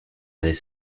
allait